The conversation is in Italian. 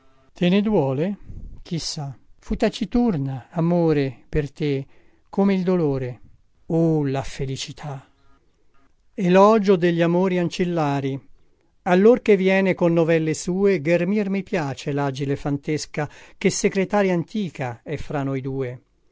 te ne duole chi sa fu taciturna amore per te come il dolore o la felicità questo testo è stato riletto e controllato elogio degli amori ancillari i allor che viene con novelle sue ghermir mi piace lagile fantesca che secretaria antica è fra noi due